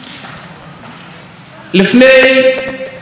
אפילו אתמול בערב,